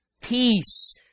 peace